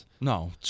no